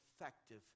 effective